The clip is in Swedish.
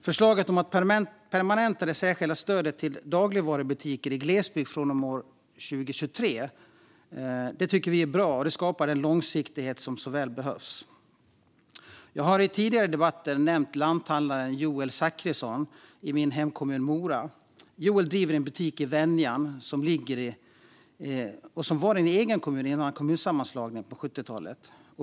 Förslaget om att permanenta det särskilda stödet till dagligvarubutiker i glesbygd från och med 2023 tycker vi är bra, och det skapar den långsiktighet som så väl behövs. Jag har i tidigare debatter nämnt lanthandlare Joel Zackrisson i min hemkommun Mora. Joel driver en butik i Venjan, som var en egen kommun före kommunsammanläggningen på 70-talet.